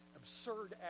absurd